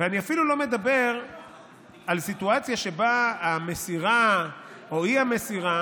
ואני אפילו לא מדבר על סיטואציה שבה המסירה או האי-מסירה